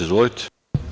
Izvolite.